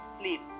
sleep